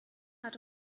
hat